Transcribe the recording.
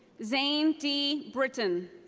zane d. britton.